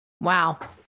Wow